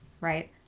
Right